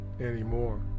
anymore